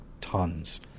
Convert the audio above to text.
tons